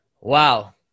Wow